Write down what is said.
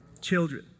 children